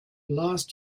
last